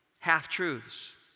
Half-truths